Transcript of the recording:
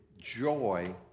joy